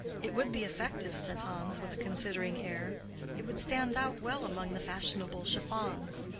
it would be effective, said hans, with a considering air it would stand out well among the fashionable chiffons.